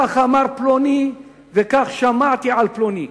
כך אמר פלוני וכך שמעתי על פלוני.